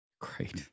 Great